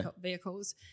vehicles